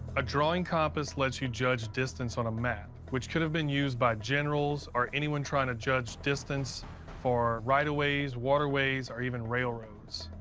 a drawing compass lets you judge distance on a map, which could've been used by generals or anyone trying to judge distance for right-of-ways, waterways, or even railroads.